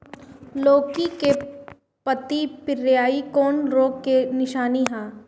लौकी के पत्ति पियराईल कौन रोग के निशानि ह?